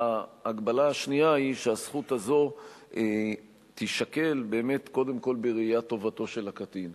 ההגבלה השנייה היא שהזכות הזאת תישקל קודם כול בראיית טובתו של הקטין.